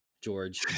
George